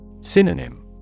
Synonym